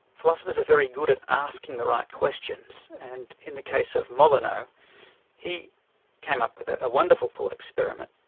philosophers are very good at asking the right questions, and in the case of molyneux he came up with a wonderful thought experiment,